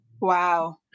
Wow